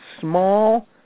small